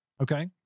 Okay